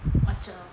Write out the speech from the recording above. orchard lor